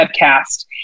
webcast